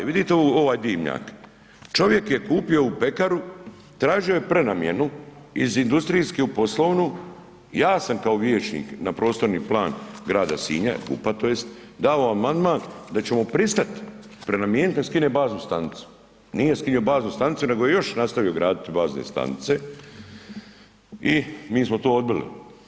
Vidite ovaj dimnjak, čovjek je kupio ovu pekaru, tražio je prenamjenu iz industrijske u poslovnu, ja sam kao vijećnik na Prostorni plan Grada Sinja, GUP-a to jest, dao amandman da ćemo pristat prenamijeniti, da skine baznu stanicu, nije skinuo baznu stanicu, nego je još nastavio graditi bazne stanice, i mi smo to odbili.